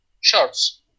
shorts